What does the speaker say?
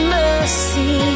mercy